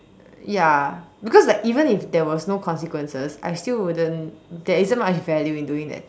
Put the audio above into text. ya because like even if there was no consequences I still wouldn't there isn't much value in doing that